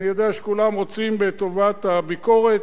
אני יודע שכולם רוצים בטובת הביקורת.